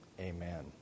Amen